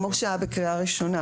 כמו שהיה בקריאה ראשונה.